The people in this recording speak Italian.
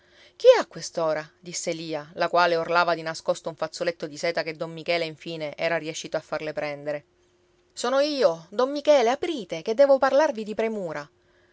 chi è a quest'ora disse lia la quale orlava di nascosto un fazzoletto di seta che don michele infine era riescito a farle prendere sono io don michele aprite che devo parlarvi di premura